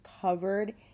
covered